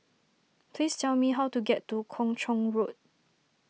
please tell me how to get to Kung Chong Road